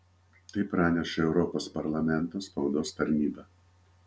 tai praneša europos parlamento spaudos tarnyba